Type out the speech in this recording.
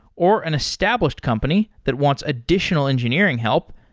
or an established company that wants additional engineering help,